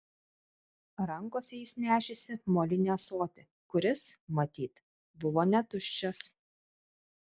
rankose jis nešėsi molinį ąsotį kuris matyt buvo netuščias